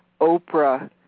Oprah